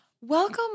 Welcome